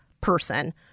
person